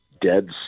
dead